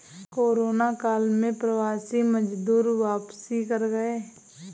corona काल में प्रवासी मजदूर वापसी कर गए